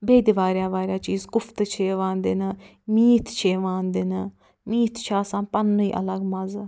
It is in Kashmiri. بیٚیہِ تہِ وارِیاہ وارِیاہ چیٖز کُفتہٕ چھِ یِوان دِنہٕ میٖتھ چھِ یِوان دِنہٕ میٖتھ چھُ آسان پنٕنُے الگ مَزٕ